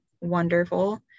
wonderful